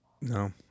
No